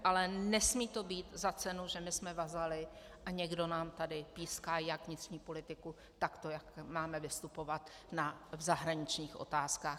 Ale nesmí to být za cenu, že my jsme vazaly a někdo nám tady píská jak vnitřní politiku, tak to, jak máme vystupovat v zahraničních otázkách.